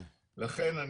לכן,